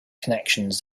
connections